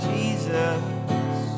Jesus